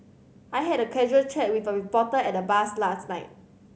I had a casual chat with a reporter at the bar's last night